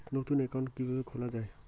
নতুন একাউন্ট কিভাবে খোলা য়ায়?